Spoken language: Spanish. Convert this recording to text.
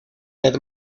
dead